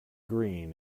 green